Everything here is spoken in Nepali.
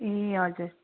ए हजुर